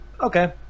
okay